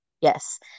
yes